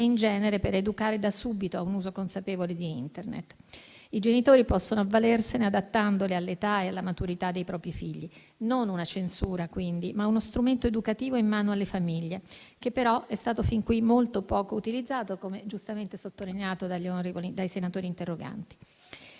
e, in genere, per educare da subito a un uso consapevole di Internet. I genitori possono avvalersene adattandole all'età e alla maturità dei propri figli: non una censura, quindi, ma uno strumento educativo in mano alle famiglie, che però è stato fin qui molto poco utilizzato, come giustamente sottolineato dai senatori interroganti.